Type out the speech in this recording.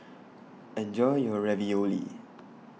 Enjoy your Ravioli